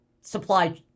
supply